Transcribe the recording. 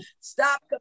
Stop